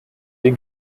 wir